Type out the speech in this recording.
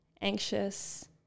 anxious